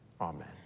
Amen